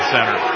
Center